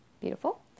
beautiful